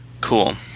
Cool